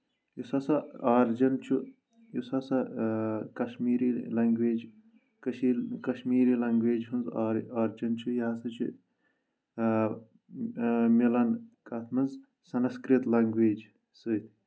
یُس ہسا آرجن چھُ یُس ہسا کشمیٖری لنٛگویج کٔشیٖر کشمیٖری لنٛگویج ہُنٛز آرجن چھُ یہِ ہسا چھُ مِلان کتھ منٛز سَنٔسکرت لنٛگویج سۭتۍ